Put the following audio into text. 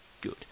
Good